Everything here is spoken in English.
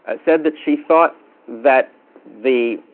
and said that she thought that the